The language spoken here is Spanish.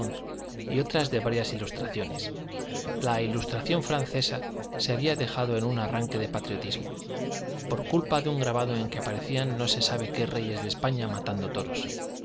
y otras de varias ilustraciones la ilustración francesa se había dejado en un arranque de patriotismo por culpa de un grabado en que aparecían no se sabe qué reyes de españa matando toros